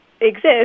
exist